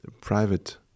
private